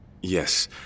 Yes